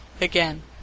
Again